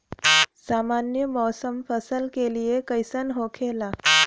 सामान्य मौसम फसल के लिए कईसन होखेला?